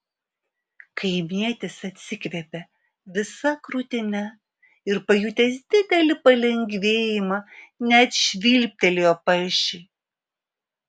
kaimietis atsikvėpė visa krūtine ir pajutęs didelį palengvėjimą net švilptelėjo palšiui